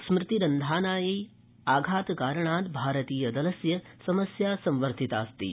स्मृतिरन्धानायै आघातकारणात् भारतीय दलस्य समस्या संवर्धितास्ति